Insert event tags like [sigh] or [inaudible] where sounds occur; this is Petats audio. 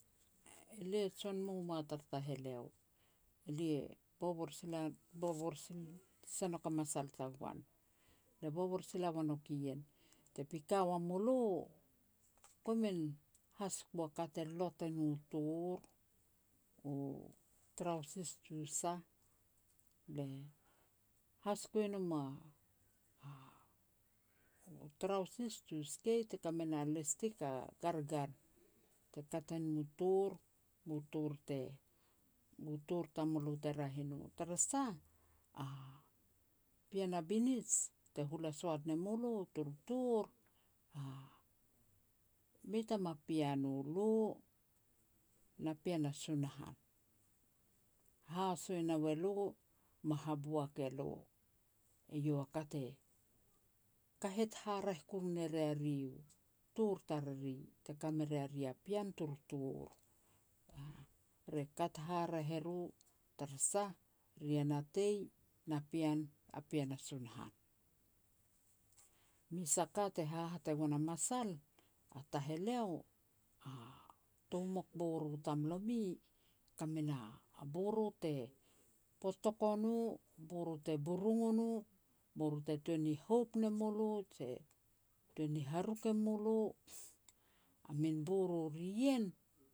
Elia jon mumua tara taheleo. Elia bobor sila, [unintelligible] bobor sin se nouk a masal tagoan. Lia bobor sila ua nouk ien, te pika ua mulo, komin hasiko a ka te lot e no tor, u trausis jiu sah, le hasiko e nom [hesitation] u trausis jea u skeit te ka me na lastik a gargar te kat e no tor, bu tor te, bu tor tamulo te raeh e no. Tarasah, a pean a binij te hula soat ne mu lo turu tor, [hesitation] mei tama pean u lo, na pean a Sunahan. Haso e nau elo ma haboak elo, eiau a ka te kahet hareah kuru ne ria ri u tor tariri te ka me ria ri a pean turu tor. Re kat haraeh e ru tarasah ri ya natei, na pean, na pean a Sunahan. Mes a ka te hahat e goan a masal, a taheleo a tou mok boro tamlomi kam me na boro te potok o no, boro te burung o no, boro te tuan ni houp ne mulo, je tuan ni haruk e mulo, a min boro ri ien